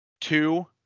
Two